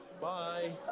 Bye